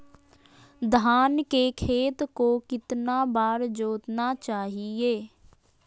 धान के खेत को कितना बार जोतना चाहिए?